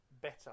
better